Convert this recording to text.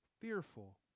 Fearful